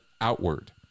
outward